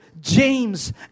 James